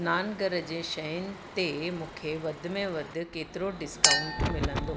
सनान घर जे शयुनि ते मूंखे वधि में वधि केतिरो डिस्काउंट मिलंदो